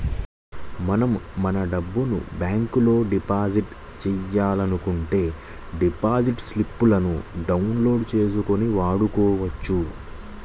మనం మన డబ్బును బ్యాంకులో డిపాజిట్ చేయాలనుకుంటే డిపాజిట్ స్లిపులను డౌన్ లోడ్ చేసుకొని వాడుకోవచ్చు